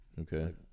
Okay